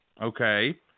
Okay